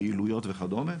פעילויות וכדומה,